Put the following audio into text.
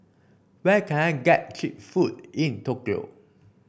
where can I get cheap food in Tokyo